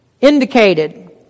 indicated